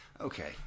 Okay